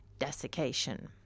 Desiccation